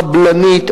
חבלנית,